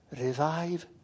Revive